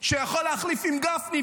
שיכול להחליף עם גפני,